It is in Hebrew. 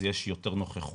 אז יש יותר נוכחות